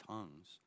Tongues